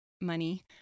money